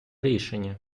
рішення